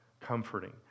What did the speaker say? comforting